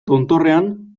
tontorrean